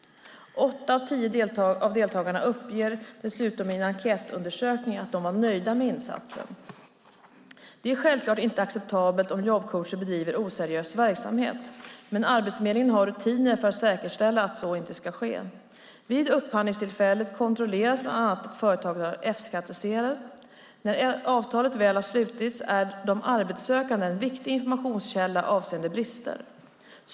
Åtta av tio deltagare uppgav dessutom i en enkätundersökning att de var nöjda med insatsen. Det är självklart inte acceptabelt om jobbcoacher bedriver oseriös verksamhet, men Arbetsförmedlingen har rutiner för att säkerställa att så inte ska ske. Vid upphandlingstillfället kontrolleras bland annat att företagen har F-skattsedel. När avtal väl slutits är de arbetssökande en viktig informationskälla avseende brister.